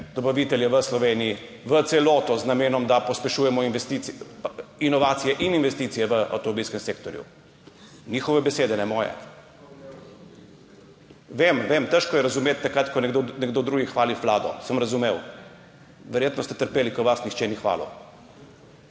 dobavitelje v Sloveniji v celoto, z namenom, da pospešujemo inovacije in investicije v avtomobilskem sektorju. Njihove besede, ne moje. / oglašanje iz dvorane/ Vem, vem, težko je razumeti takrat, ko nekdo drugi hvali vlado, sem razumel, verjetno ste trpeli, ko vas nihče ni hvalil.